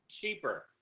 cheaper